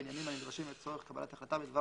בעניינים הנדרשים לצורך קבלת החלטה בדבר